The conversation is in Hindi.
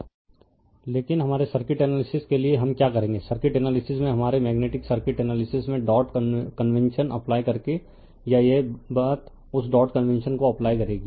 रिफर स्लाइड टाइम 0722 लेकिन हमारे सर्किट एनालिसिस के लिए हम क्या करेंगे सर्किट एनालिसिस में हमारे मेग्नेटिक सर्किट एनालिसिस में डॉट कन्वेंशन अप्लाई करेंगे या यह बात उस डॉट कन्वेंशन को अप्लाई करेगी